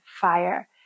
fire